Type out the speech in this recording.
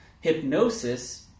Hypnosis